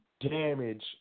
damage